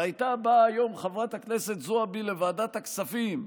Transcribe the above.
והייתה באה היום חברת הכנסת זועבי לוועדת הכספים,